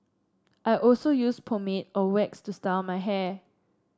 I also use pomade or wax to style my hair